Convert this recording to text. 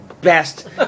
best